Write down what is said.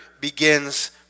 begins